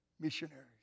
missionaries